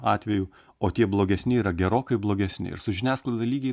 atveju o tie blogesni yra gerokai blogesni ir su žiniasklaida lygiai